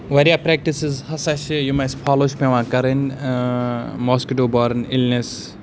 واریاہ پرٛٮ۪کٹِسٕز ہَسا چھِ یِم اَسِہ فالو چھِ پٮ۪وان کَرٕنۍ ماسکِٹو بارٕن اِلنٮ۪س